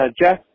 Jess